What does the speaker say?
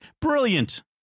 Brilliant